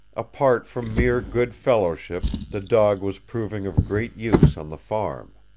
apart from mere good fellowship the dog was proving of great use on the farm.